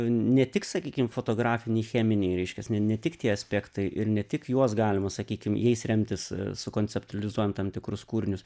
ne tik sakykim fotografiniai cheminiai reiškias ne ne tik tie aspektai ir ne tik juos galima sakykim jais remtis sukonceptualizuojant tam tikrus kūrinius